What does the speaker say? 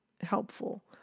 helpful